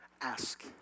Ask